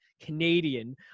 Canadian